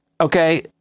okay